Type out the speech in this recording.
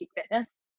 fitness